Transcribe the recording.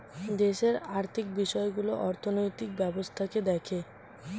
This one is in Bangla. দেশের আর্থিক বিষয়গুলো অর্থনৈতিক ব্যবস্থাকে দেখে